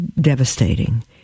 devastating